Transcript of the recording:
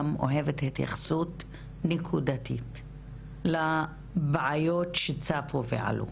גם אוהבת התייחסות נקודתית לבעיות שצפו ועלו.